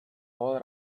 all